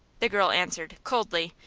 the girl answered, coldly,